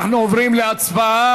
אנחנו עוברים להצבעה.